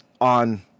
on